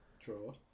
True